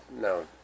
No